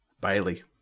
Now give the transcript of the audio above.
Bailey